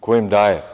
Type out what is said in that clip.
Ko im daje?